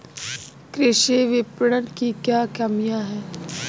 कृषि विपणन की क्या कमियाँ हैं?